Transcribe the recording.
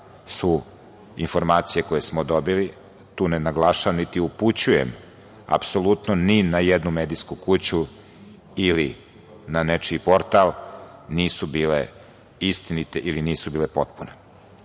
informacije koje smo dobili, tu ne naglašavam, niti upućujem apsolutno ni na jednu medijsku kuću ili na nečiji portal, nisu bile istinite ili nisu bile potpune.U